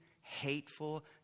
hateful